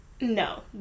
No